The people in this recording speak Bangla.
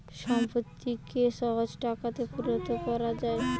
সম্পত্তিকে সহজে টাকাতে পরিণত কোরা যায়